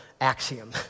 axiom